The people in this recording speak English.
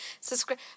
subscribe